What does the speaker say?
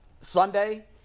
Sunday